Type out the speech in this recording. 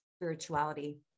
spirituality